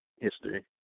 history